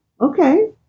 okay